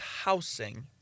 housing